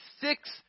six